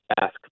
ask